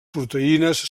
proteïnes